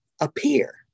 appear